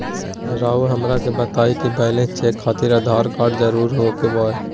रउआ हमरा के बताए कि बैलेंस चेक खातिर आधार कार्ड जरूर ओके बाय?